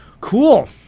cool